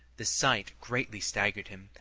the sight greatly staggered him,